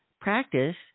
practice